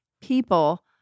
people